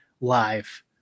live